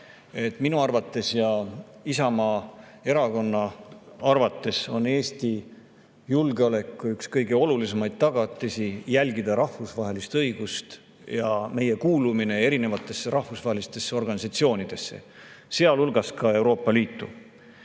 minu arvates ja Isamaa Erakonna arvates on Eesti julgeoleku üks kõige olulisemaid tagatisi järgida rahvusvahelist õigust ja [arvestada] meie kuulumist erinevatesse rahvusvahelistesse organisatsioonidesse, sealhulgas ka Euroopa Liitu.